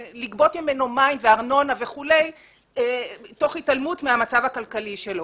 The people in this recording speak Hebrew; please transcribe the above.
לגבות ממנו מים וארנונה תוך התעלמות מהמצב הכלכלי שלו.